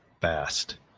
fast